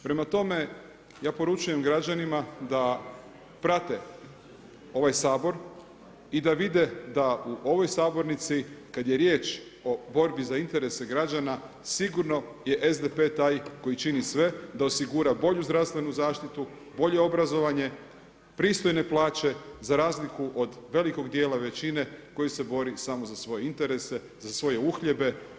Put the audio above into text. Prema tome, ja poručujem građanima da prate ovaj Sabor i da vide da u ovoj sabornici kada je riječ o borbi za interese građana sigurno je SDP-e taj koji čini sve da osigura bolju zdravstvenu zaštitu, bolje obrazovanje, pristojne plaće za razliku od velikog dijela većine koji se bori samo za svoje interese, za svoje uhljebe.